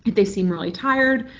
they seem really tired.